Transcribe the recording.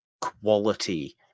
quality